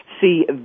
See